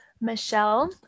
Michelle